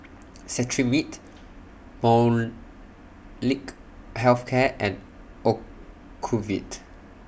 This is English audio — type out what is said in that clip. Cetrimide Molnylcke Health Care and Ocuvite